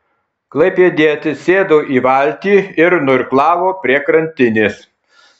klaipėdietis sėdo į valtį ir nuirklavo prie krantinės